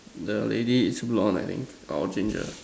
the lady is blonde I think or ginger